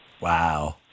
Wow